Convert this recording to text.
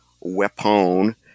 weapon